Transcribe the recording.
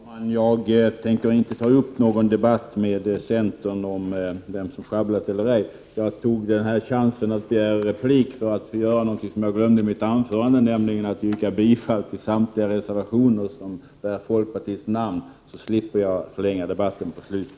Herr talman! Jag tänker inte ta upp någon debatt med centern om vem som sjabblat eller ej. Jag tog chansen att begära replik för att få göra något som jag glömde att göra i mitt anförande, nämligen att yrka bifall till samtliga reservationer som bär folkpartiets namn. På det sättet slipper jag att förlänga debatten på slutet.